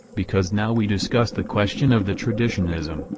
because now we discuss the question of the traditionaiism,